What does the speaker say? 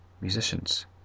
musicians